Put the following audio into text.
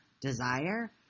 Desire